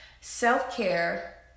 Self-care